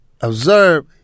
observe